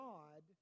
God